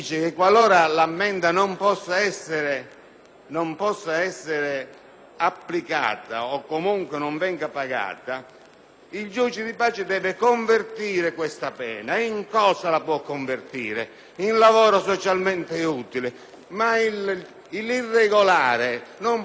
applicata o comunque non venga pagata, il giudice di pace deve convertire questa pena. In cosa può convertirla? In lavoro socialmente utile. L'irregolare però non può svolgere un lavoro socialmente utile perché non ha neanche una posizione assicurativa